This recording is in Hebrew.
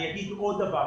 אני אגיד עוד דבר.